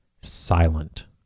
silent